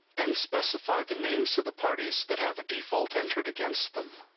and specify the names of the parties that have a default entered against them.